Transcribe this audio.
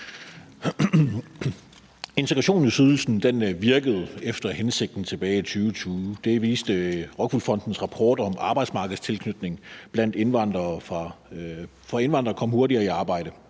Integrationsydelsen virkede efter hensigten tilbage i 2020. Det viste ROCKWOOL Fondens rapport om arbejdsmarkedstilknytning blandt indvandrere, for indvandrere kom hurtigere i arbejde.